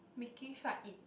making far it